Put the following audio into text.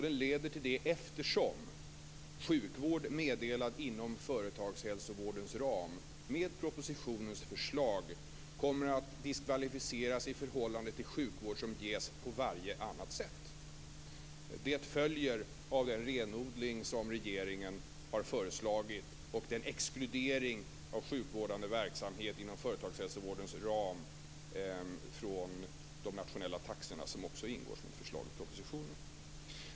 Den leder till det eftersom sjukvård meddelad inom företagshälsovårdens ram med propositionens förslag kommer att diskvalificeras i förhållande till sjukvård som ges på varje annat sätt. Det följer av den renodling som regeringen har föreslagit och den exkludering av sjukvårdande verksamhet inom företagshälsovårdens ram från de nationella taxorna som också ingår som ett förslag i propositionen.